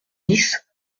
dix